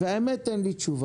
האמת היא שאין לי תשובה.